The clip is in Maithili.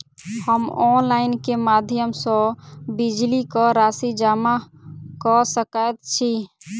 हम ऑनलाइन केँ माध्यम सँ बिजली कऽ राशि जमा कऽ सकैत छी?